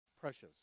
Precious